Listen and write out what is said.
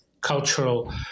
Cultural